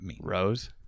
Rose